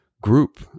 group